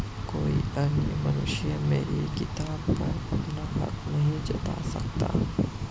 कोई अन्य मनुष्य मेरी किताब पर अपना हक नहीं जता सकता